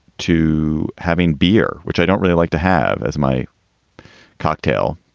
to having beer, which i don't really like to have as my cocktail,